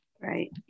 right